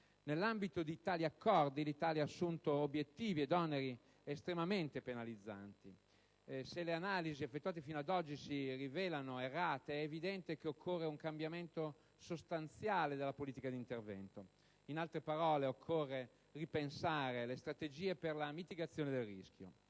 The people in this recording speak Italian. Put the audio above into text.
Nell'ambito di tali accordi l'Italia ha assunto obbiettivi ed oneri estremamente penalizzanti e, se le analisi effettuate fino ad oggi si rivelano errate, è evidente che occorre un cambiamento sostanziale della politica di intervento. In altre parole, occorre ripensare le strategie per la mitigazione del rischio.